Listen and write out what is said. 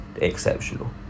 exceptional